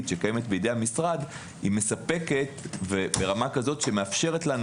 שקיימת בידי המשרד היא מספקת ברמה כזו שמאפשרת לנו